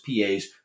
PAs